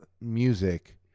music